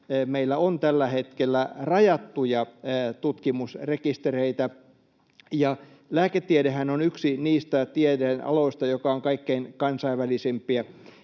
meillä on tällä hetkellä rajattuja tutkimusrekistereitä. Lääketiedehän on yksi niistä tieteenaloista, jotka ovat kaikkein kansainvälisimpiä.